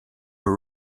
her